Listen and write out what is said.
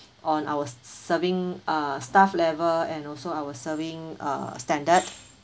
on our serving uh staff level and also our serving uh standard